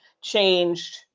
changed